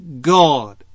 God